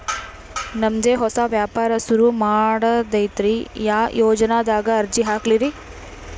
ನಮ್ ದೆ ಹೊಸಾ ವ್ಯಾಪಾರ ಸುರು ಮಾಡದೈತ್ರಿ, ಯಾ ಯೊಜನಾದಾಗ ಅರ್ಜಿ ಹಾಕ್ಲಿ ರಿ?